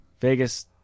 Vegas –